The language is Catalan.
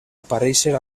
aparèixer